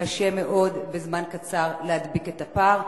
קשה מאוד בזמן קצר להדביק את הפער.